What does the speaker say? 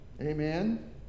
Amen